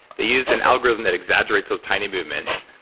they used an algorithm that exaggerates those tiny movements.